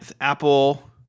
Apple